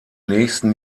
nächsten